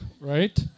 right